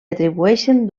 atribueixen